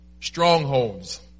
Strongholds